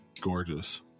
gorgeous